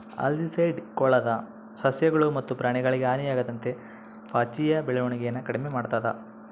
algicide ಕೊಳದ ಸಸ್ಯಗಳು ಮತ್ತು ಪ್ರಾಣಿಗಳಿಗೆ ಹಾನಿಯಾಗದಂತೆ ಪಾಚಿಯ ಬೆಳವಣಿಗೆನ ಕಡಿಮೆ ಮಾಡ್ತದ